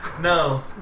No